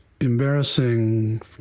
embarrassing